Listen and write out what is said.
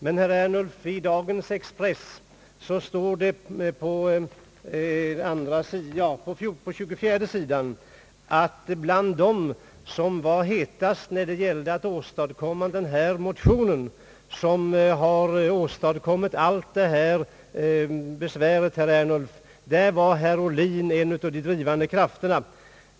Men, herr Ernulf, i dagens nummer av Expressen står det på sidan 24 att bland dem som var hetast när det gällde att väcka den här motionen, som har åstadkommit allt detta besvär, var herr Ohlin en av de drivande krafterna.